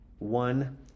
One